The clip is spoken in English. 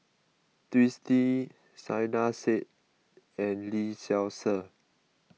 Twisstii Saiedah Said and Lee Seow Ser